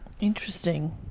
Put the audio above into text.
Interesting